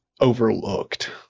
overlooked